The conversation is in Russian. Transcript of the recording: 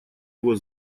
его